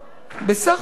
בסך הכול